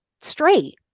straight